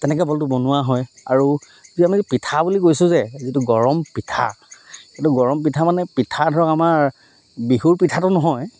তেনেকৈ বলটো বনোৱা হয় আৰু যি আমি পিঠা বুলি কৈছোঁ যে যিটো গৰম পিঠা এইটো গৰম পিঠা মানে পিঠা ধৰক আমাৰ বিহুৰ পিঠাটো নহয়